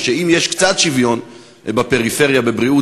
שאם יש קצת שוויון בפריפריה בבריאות,